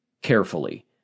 carefully